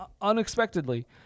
Unexpectedly